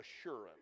assurance